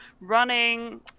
running